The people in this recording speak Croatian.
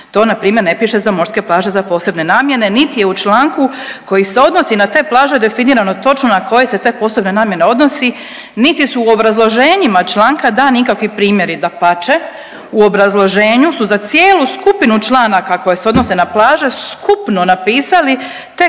To npr. ne piše za morske plaže za posebne namjene niti je u članku koji se odnosi na te plaže definirano točno na koje se te posebne namjene odnosi, niti su u obrazloženjima članka dani ikakvi primjeri. Dapače, u obrazloženju su za cijelu skupinu članaka koje se odnose na plaže skupno napisali tek